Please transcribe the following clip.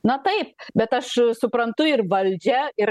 na tai bet aš suprantu ir valdžią ir